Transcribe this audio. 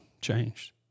changed